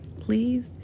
Please